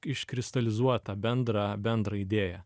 iškristalizuot tą bendrą bendrą idėją